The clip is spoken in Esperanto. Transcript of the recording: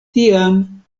tiam